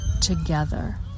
together